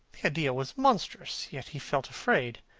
the idea was monstrous, yet he felt afraid.